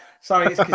Sorry